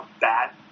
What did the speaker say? bad